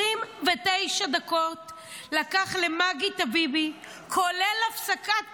29 דקות לקח למגי טביבי, כולל הפסקת פרסומות.